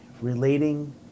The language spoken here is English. relating